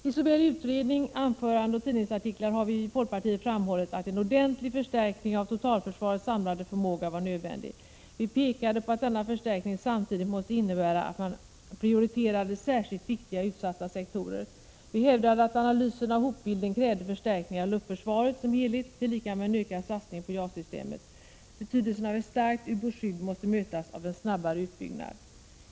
I utredning, anföranden och tidningsartiklar har vi i folkpartiet framhållit att en ordentlig förstärkning av totalförsvarets samlade förmåga är nödvändig. Vi pekade på att denna förstärkning samtidigt måste innebära att man prioriterade särskilt viktiga och utsatta sektorer. Vi hävdade att analysen av hotbilden krävde förstärkningar av luftförsvaret som helhet tillika med en ökad satsning på JAS-systemet. Behovet av ett starkt ubåtsskydd måste mötas av en snabbare utbyggnad.